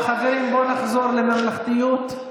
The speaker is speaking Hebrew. חברים, בואו נחזור לממלכתיות.